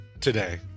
today